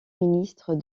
ministre